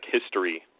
history